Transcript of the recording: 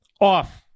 off